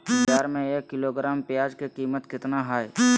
बाजार में एक किलोग्राम प्याज के कीमत कितना हाय?